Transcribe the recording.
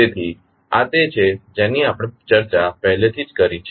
તેથી આ તે છે જેની આપણે પહેલાથી ચર્ચા કરી છે